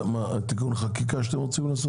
תיקון החקיקה שאתם רוצים לעשות?